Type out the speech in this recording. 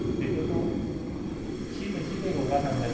बेफोरखौ थि मोनसे जायगायाव गारनांगोन